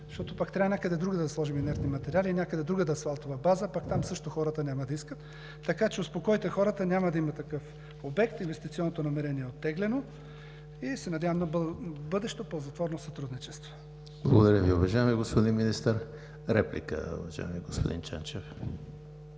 Защото пак трябва някъде другаде да сложим инертни материали, някъде другаде асфалтова база, а пък там също хората няма да искат, така че успокойте хората – няма да има такъв обект. Инвестиционното намерение е оттеглено и се надявам на бъдещо ползотворно сътрудничество. ПРЕДСЕДАТЕЛ ЕМИЛ ХРИСТОВ: Благодаря Ви, уважаеми господин Министър. Реплика, уважаеми господин Ченчев.